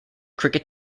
cricket